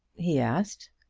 he asked.